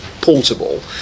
portable